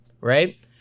right